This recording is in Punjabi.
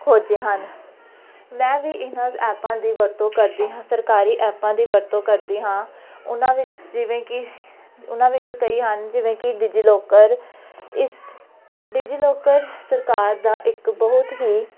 ਖੋਜੇ ਹਨ ਮੈਂ ਵੀ ਇਹਨਾਂ ਐਪਾਂ ਦੀ ਵਰਤੋਂ ਕਰਦੀ ਹਾਂ ਸਰਕਾਰੀ ਐਪਾਂ ਦੀ ਵਰਤੋਂ ਕਰਦੇ ਹਾਂ ਉਹਨਾਂ ਵਿੱਚ ਜਿਵੇਂ ਕਿ ਉਹਨਾਂ ਵਿੱਚੋਂ ਕਈ ਹਨ ਜਿਵੇਂ ਕਿ ਡਿਜੀਲੋਕਰ ਇਸ ਡਿਜੀਲੋਕਰ ਸਰਕਾਰ ਦਾ ਇੱਕ ਬਹੁਤ ਹੀ